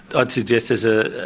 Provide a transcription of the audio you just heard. i'd suggest there's a,